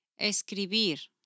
Escribir